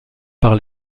par